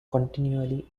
continually